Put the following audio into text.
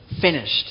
finished